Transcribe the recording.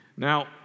Now